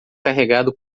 carregado